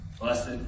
Blessed